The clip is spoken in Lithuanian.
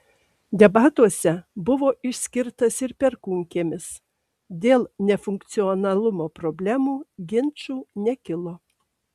debatuose buvo išskirtas ir perkūnkiemis dėl nefunkcionalumo problemų ginčų nekilo